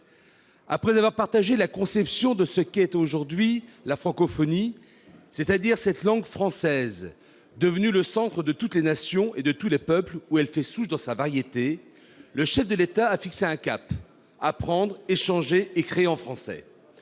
Après avoir partagé la conception de ce qu'est aujourd'hui la francophonie, c'est-à-dire cette langue française « devenue le centre de toutes les nations et de tous les peuples où elle fait souche dans sa variété », le chef de l'État a fixé un cap : apprendre, échanger et créer en français.